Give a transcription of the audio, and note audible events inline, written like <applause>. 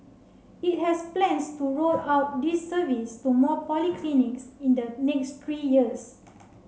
it has plans to roll out this service to more polyclinics in the next <unintelligible> years